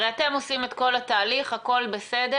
הרי אתם עושים את כל התהליך הכול בסדר,